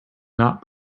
not